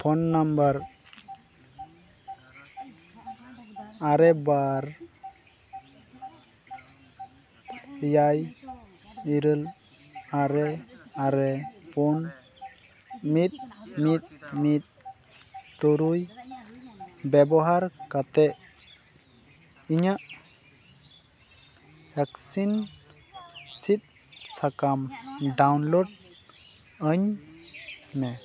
phone number ᱟᱨᱮ ᱵᱟᱨ ᱮᱭᱟᱭ ᱤᱨᱟᱹᱞ ᱟᱨᱮ ᱟᱨᱮ ᱯᱩᱱ ᱢᱤᱫ ᱢᱤᱫ ᱛᱩᱨᱩᱭ ᱵᱮᱵᱚᱦᱟᱨ ᱠᱟᱛᱮᱫ ᱤᱧᱟᱹᱜ ᱵᱷᱮᱠᱥᱤᱱ ᱥᱤᱫ ᱥᱟᱠᱟᱢ ᱥᱟᱣᱩᱱᱞᱳᱰ ᱟᱹᱧ ᱢᱮ